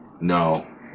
No